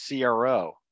CRO